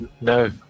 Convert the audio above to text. No